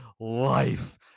life